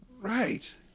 Right